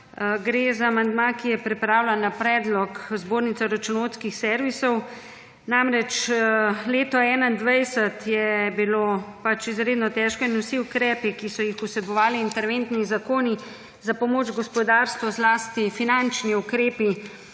Gre za amandma, ki je pripravljen na predlog Zbornice računovodskih servisov namreč leto 21 je bilo pač izredno težko in vsi ukrepi, ki so jih vsebovali interventni zakoni za pomoč gospodarstvu zlasti finančni ukrepi,